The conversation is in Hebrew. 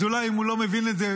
אז אולי אם הוא לא מבין את זה,